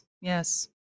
Yes